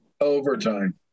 Overtime